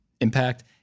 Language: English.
Impact